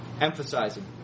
emphasizing